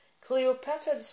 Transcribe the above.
Cleopatra